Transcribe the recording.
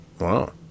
Wow